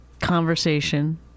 conversation